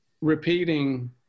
repeating